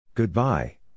Goodbye